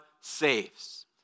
saves